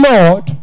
Lord